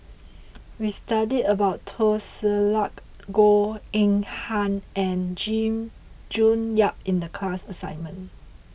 we studied about Teo Ser Luck Goh Eng Han and Jim June Yap in the class assignment